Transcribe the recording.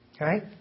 Right